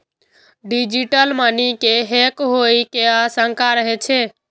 digital money के hack होइ के आशंका रहै छै